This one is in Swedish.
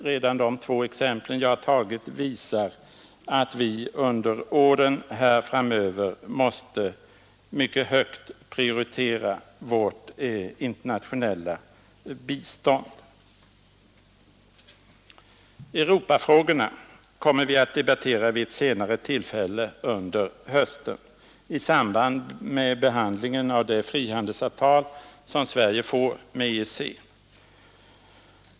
Redan de två exempel jag har givit visar att vi under åren framöver måste mycket högt prioritera vårt internationella bistånd. Europafrågorna kommer vi att debattera vid ett senare tillfälle under j i samband med behandlingen av det frihandelsavtal som Sverige får med EEC.